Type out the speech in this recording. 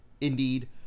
Indeed